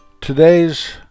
Today's